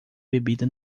bebida